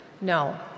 No